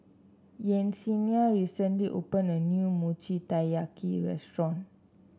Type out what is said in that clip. Yesenia recently opened a new Mochi Taiyaki restaurant